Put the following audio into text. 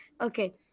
okay